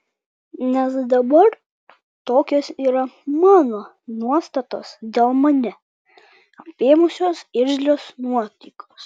nes dabar tokios yra mano nuostatos dėl mane apėmusios irzlios nuotaikos